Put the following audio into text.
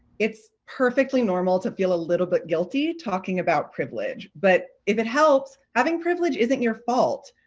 it's perfectly normal to feel a little bit guilty talking about privilege. but if it helps having privilege isn't your fault.